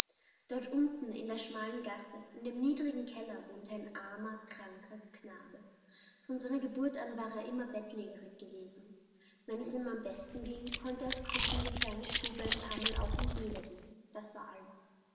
dort unten in der schmalen gasse in dem niedrigen keller wohnte ein armer kranker knabe von seiner geburt an war er immer bettlägerig gewesen wenn es ihm am besten ging konnte er auf krücken die kleine stube ein paarmal auf und nieder gehen das war alles